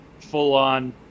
full-on